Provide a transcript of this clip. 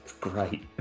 great